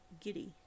giddy